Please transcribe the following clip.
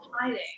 hiding